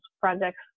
projects